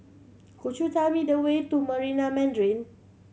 could you tell me the way to Marina Mandarin